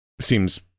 seems